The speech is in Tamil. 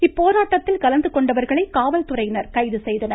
இப்போராட்டத்தில் கலந்துகொண்டவர்களை காவல்துறையினர் கைது செய்தனர்